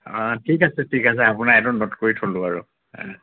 অঁ ঠিক আছে ঠিক আছে আপোনাক এইটো নোট কৰি থ'লোঁ আৰু